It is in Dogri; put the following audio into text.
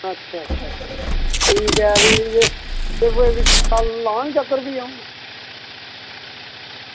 अच्छा अच्छा ठीक ऐ भी ते अंऊ कोई कल्ल लाह्ङ चक्कर भी